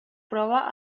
prova